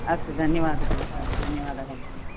अस्तु धन्यवादः धन्यवादः